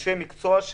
אנשי המקצוע,